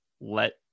let